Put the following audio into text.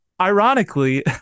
ironically